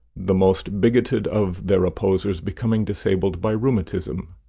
the most bigoted of their opposers becoming disabled by rheumatism.